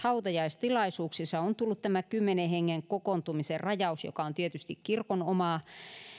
hautajaistilaisuuksissa on tullut tämä kymmenen hengen kokoontumisen rajaus joka on tietysti kirkon omaa